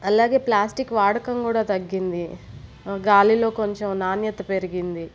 అలాగే ప్లాస్టిక్ వాడకం కూడా తగ్గింది గాలిలో కొంచెం నాణ్యత పెరిగింది